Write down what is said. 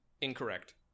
incorrect